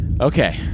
Okay